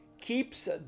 keeps